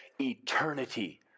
eternity